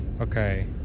Okay